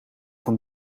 van